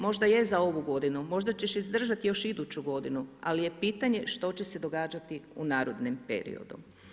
Možda je za ovu godinu, možda ćeš izdržati još iduću godinu, ali je pitanje što će se događati u narednom periodu.